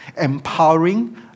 Empowering